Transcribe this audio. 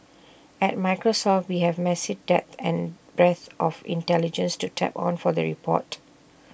at Microsoft we have massive depth and breadth of intelligence to tap on for the report